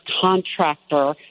contractor